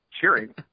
cheering